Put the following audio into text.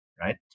right